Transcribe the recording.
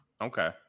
Okay